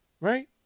Right